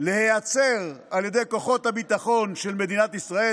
להיעצר על ידי כוחות הביטחון של מדינת ישראל,